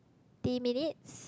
~ty minutes